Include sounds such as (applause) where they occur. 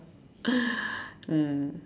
(noise) mm